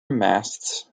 masts